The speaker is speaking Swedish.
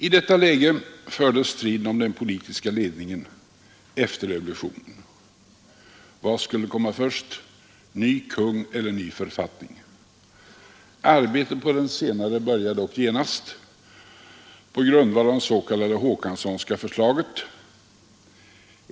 I detta läge fördes striden om den politiska ledningen efter revolutionen. Vad skulle komma först: ny kung eller ny författning? Arbetet på författningen började dock genast på grundval av det s.k. Håkansonska förslaget.